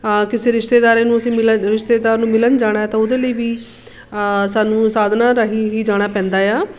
ਕਿਸੇ ਰਿਸ਼ਤੇਦਾਰਾਂ ਨੂੰ ਅਸੀਂ ਮਿਲਣ ਰਿਸ਼ਤੇਦਾਰ ਨੂੰ ਮਿਲਣ ਜਾਣਾ ਤਾਂ ਉਹਦੇ ਲਈ ਵੀ ਸਾਨੂੰ ਸਾਧਨਾਂ ਰਾਹੀਂ ਹੀ ਜਾਣਾ ਪੈਂਦਾ ਆ